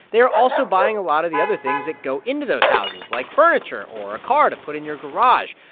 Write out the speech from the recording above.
they're also buying a lot of the other things that go into those houses like furniture or a car to put in your garage.